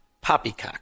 poppycock